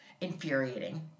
infuriating